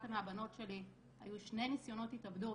מהבנות שלי היו שני ניסיונות התאבדות,